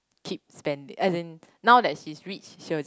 keep spending as in now that she's rich she will just